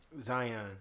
Zion